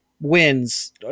wins